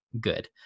good